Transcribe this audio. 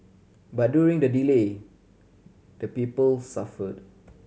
but during the delay the people suffered